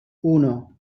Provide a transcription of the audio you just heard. uno